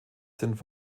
sind